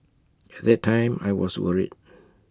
at that time I was worried